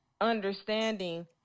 understanding